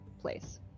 place